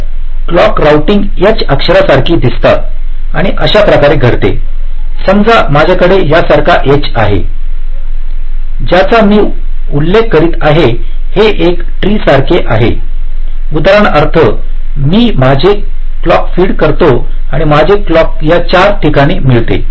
तर clock routing H अक्षरा सारखे दिसतात आणि अशा प्रकारे घडते समजा माझ्याकडे यासारखे H आहे ज्याचा मी उल्लेख करीत आहे हे एका ट्री सारखे आहे उदाहरणार्थ मी माझे क्लॉक फीड करतो आणि माझे क्लॉक या 4 ठिकाणी मिळते